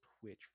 Twitch